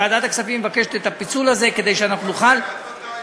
ועדת הכספים מבקשת את הפיצול הזה כדי שאנחנו נוכל להספיק,